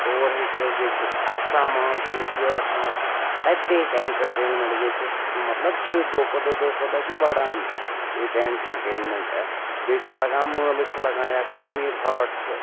تور ہیٚکِو گٔژھِتھ عقسا مال چھِ ییٚتہِ بیٛاکھ مال تَتہِ تہِ ہیٚکہِ اٮ۪نٹَرٹینمٮ۪نٛٹ گٔژھِتھ مطلب چھِ دۄہ کھۄ دۄہ دۄہ کھۄ دۄہ چھِ بَڑان ییٚتہِ اٮ۪نٹَرٹینمٮ۪نٛٹ بیٚیہِ چھِ لَگان مٲلہٕ چھِ لَگان یا کَشمیٖر ہاٹ چھِ